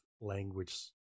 language